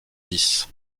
dix